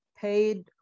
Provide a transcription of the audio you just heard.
paid